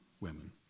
women